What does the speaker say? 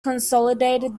consolidated